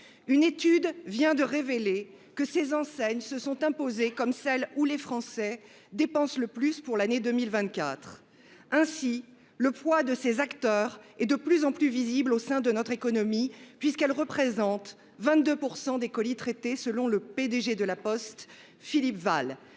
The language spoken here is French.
Une étude vient de révéler que ces enseignes s’étaient imposées comme celles où les Français avaient dépensé le plus en 2024. Le poids de ces acteurs est de plus en plus visible au sein de notre économie, puisqu’ils représentent 22 % des colis traités, selon le PDG de La Poste, Philippe Wahl.